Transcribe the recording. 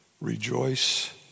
rejoice